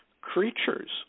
creatures